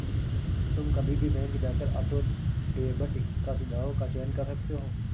तुम कभी भी बैंक जाकर ऑटो डेबिट का सुझाव का चयन कर सकते हो